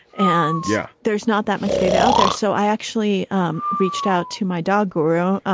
and yeah, there's not that much data out there. so i actually um reached out to my dog girl,